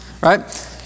right